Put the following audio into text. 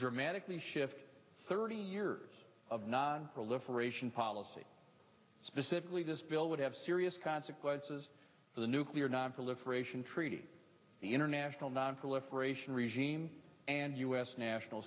dramatically shift thirty years of nonproliferation policy specifically this bill would have serious consequences for the nuclear nonproliferation treaty the international nonproliferation regime and u s national